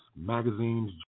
magazines